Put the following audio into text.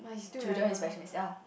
children with special needs ya